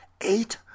eight